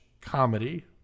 comedy